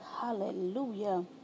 Hallelujah